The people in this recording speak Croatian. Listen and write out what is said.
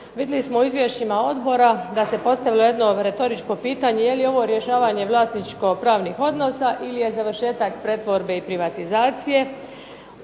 Vidjeli smo u izvješćima odbora da se postavilo jedno retoričko pitanje, jeli ovo rješavanje vlasničko-pravnih odnosa ili je završetak pretvorbe i privatizacije?